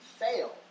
fail